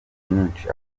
myinshi